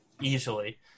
easily